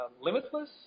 Limitless